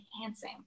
enhancing